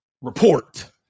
report